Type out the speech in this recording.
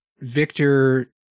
victor